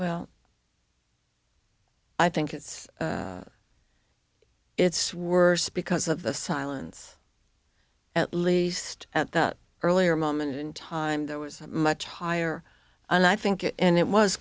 well i think it's it's worse because of the silence at least at the earlier moment in time that was much higher and i think it and it was